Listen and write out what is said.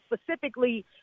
specifically